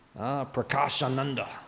Prakashananda